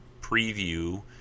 preview